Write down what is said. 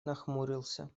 нахмурился